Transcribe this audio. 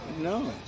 No